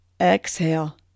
Exhale